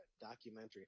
documentary